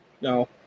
No